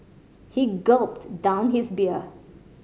he gulped down his beer